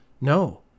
No